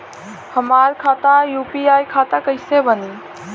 हमार खाता यू.पी.आई खाता कईसे बनी?